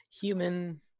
human